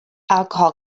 alcohol